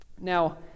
Now